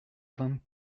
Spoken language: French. vingt